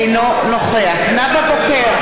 אינו נוכח נאוה בוקר,